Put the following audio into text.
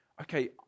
okay